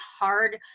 hard